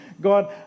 God